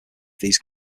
these